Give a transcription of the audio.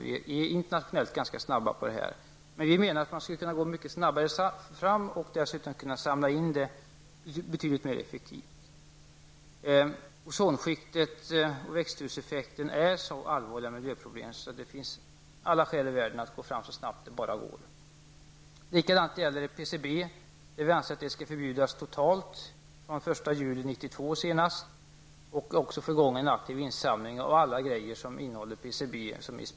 Vi är internationellt sett ganska snabba på detta område. Men vi anser att man borde kunna gå ännu mycket snabbare fram. Dessutom anser vi att dessa ämnen borde kunna samlas in mycket mer effektivt. Risken för ozonskiktet och växthuseffekten är ett så pass stort problem att det finns alla skäl i världen att gå fram så snabbt det över huvud taget är möjligt. Vi anser även att PCB skall förbjudas totalt sedan från den 1 juli 1992. Vi bör också få i gång en aktiv insamling av alla varor som innehåller PCB.